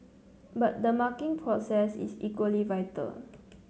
but the marking process is equally vital